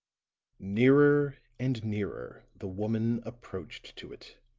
nearer and nearer the woman approached to it.